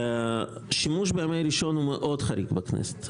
האחת, שימוש בימי ראשון הוא מאוד חריג בכנסת.